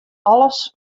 alles